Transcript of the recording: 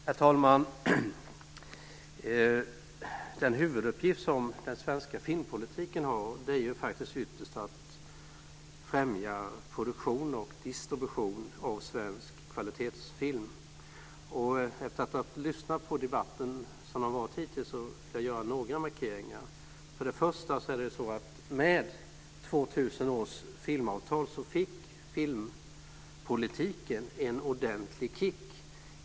Herr talman! Den huvuduppgift som den svenska filmpolitiken har är ju faktiskt ytterst att främja produktion och distribution av svensk kvalitetsfilm. Efter att ha lyssnat på den debatt som har varit hittills ska jag göra några markeringar. För det första är det så att med 2000 års filmavtal fick filmpolitiken en ordentlig kick.